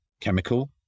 chemical